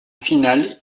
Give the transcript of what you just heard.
finale